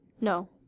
No